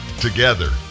Together